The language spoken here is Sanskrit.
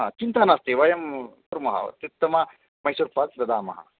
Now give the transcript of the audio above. हा चिन्ता नास्ति वयं कुर्मः अत्युत्तमः मैसूर् पाक् ददामः